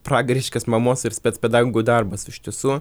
pragariškas mamos ir specpedagogų darbas iš tiesų